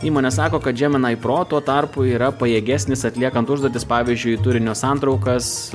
įmonė sako kad džeminai pro tuo tarpu yra pajėgesnis atliekant užduotis pavyzdžiui turinio santraukas